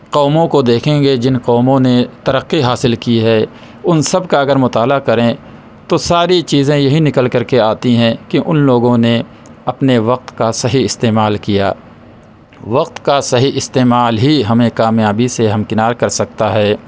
قوموں کو دیکھیں گے جن قوموں نے ترقی حاصل کی ہے ان سب کا اگر مطالعہ کریں تو ساری چیزیں یہی نکل کر کے آتی ہیں کہ ان لوگوں نے اپنے وقت کا صحیح استعمال کیا وقت کا صحیح استعمال ہی ہمیں کامیابی سے ہمکنار کر سکتا ہے